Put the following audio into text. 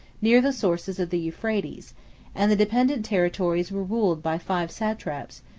near the sources of the euphrates and the dependent territories were ruled by five satraps,